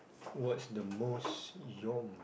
what's the most your